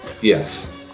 Yes